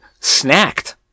snacked